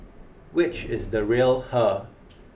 which is the real her